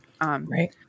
Right